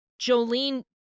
Jolene